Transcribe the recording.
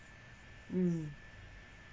um